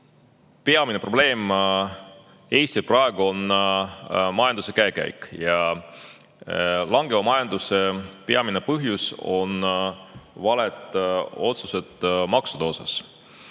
peamine probleem Eestis praegu on majanduse käekäik. Langeva majanduse peamine põhjus on valed otsused maksude osas: